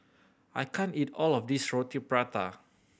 I can't eat all of this Roti Prata